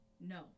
no